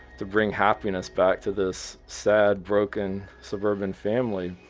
to bring happiness back to this sad, broken suburban family.